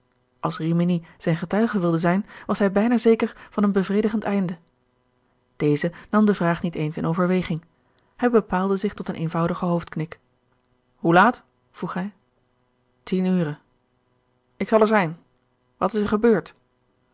als rimini zijn getuige wilde zijn was hij bijna zeker van een bevredigend einde deze nam de vraag niet eens in overweging hij bepaalde zich tot een eenvoudigen hoofdknik hoe laat vroeg hij tien ure ik zal er zijn wat is er gebeurd